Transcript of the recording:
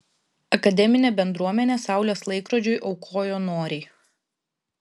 akademinė bendruomenė saulės laikrodžiui aukojo noriai